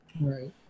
Right